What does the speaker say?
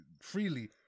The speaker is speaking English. freely